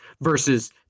versus